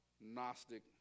gnostic